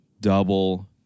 double